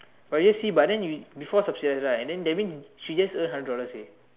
but you see but then we before subsidize right and then that means she just earn hundred dollars already